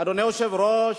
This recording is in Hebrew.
אדוני היושב-ראש,